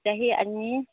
ꯆꯍꯤ ꯑꯅꯤ